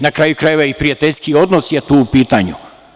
Na kraju krajeva i prijateljski odnos je tu u pitanju.